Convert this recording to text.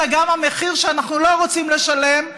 אלא גם המחיר שאנחנו לא רוצים לשלם,